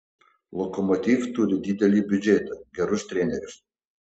lokomotiv turi didelį biudžetą gerus trenerius